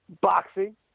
boxing